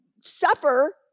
suffer